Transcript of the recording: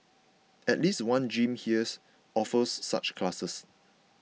at least one gym here offers such classes